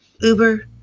Uber